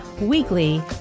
weekly